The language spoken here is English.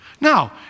Now